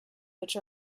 which